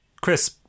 Chris